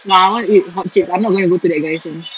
nah I wanna eat hot chicks I'm not going to go to that guy's one